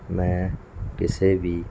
ਮੈਂ ਕਿਸੇ ਵੀ